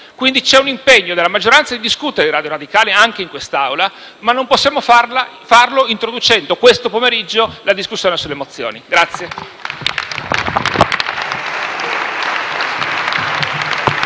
c'è un impegno della maggioranza di discutere su Radio Radicale anche in questa Aula, ma non possiamo introdurre questo pomeriggio la discussione sulle mozioni.